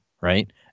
right